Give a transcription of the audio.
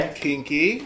kinky